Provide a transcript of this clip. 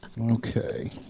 Okay